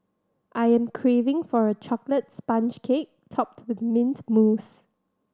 I am craving for a chocolate sponge cake topped with mint mousse